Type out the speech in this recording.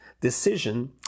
decision